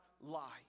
lie